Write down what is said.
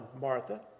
Martha